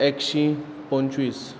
एकशें पंचवीस